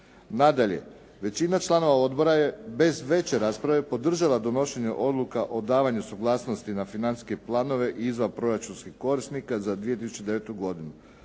Nadalje Većina članova odbora je bez veće rasprave podržala donošenje odluka o davanju suglasnosti na financijske planove izvanproračunskih korisnika za 2009. godinu.